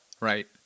right